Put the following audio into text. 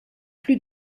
plus